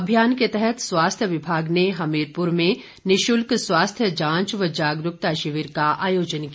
अभियान के तहत स्वास्थ्य विभाग ने हमीरपुर में निशुल्क स्वास्थ्य जांच व जागरूकता शिविर का आयोजन किया